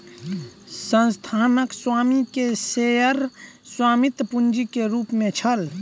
संस्थानक स्वामी के शेयर स्वामित्व पूंजी के रूप में छल